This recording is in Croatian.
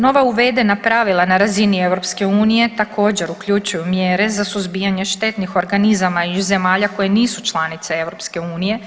Nova uvedena pravila na razini EU također uključuju mjere za suzbijanje štetnih organizama iz zemalja koje nisu članice EU.